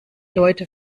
leute